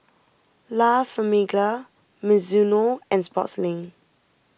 La Famiglia Mizuno and Sportslink